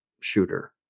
shooter